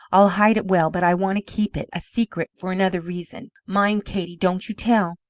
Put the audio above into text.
i'll hide it well, but i want to keep it a secret for another reason. mind, katey, don't you tell?